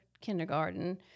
kindergarten